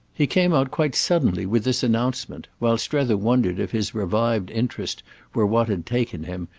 he came out quite suddenly with this announcement while strether wondered if his revived interest were what had taken him,